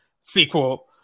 sequel